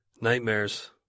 nightmares